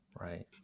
Right